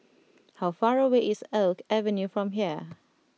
how far away is Oak Avenue from here